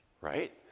right